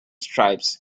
stripes